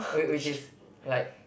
which which is like